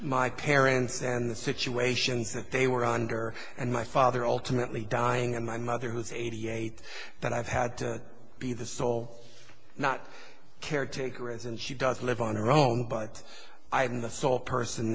my parents and the situations that they were under and my father alternately dying and my mother who's eighty eight but i've had to be the sole not caretaker as and she does live on her own but i'm the sole person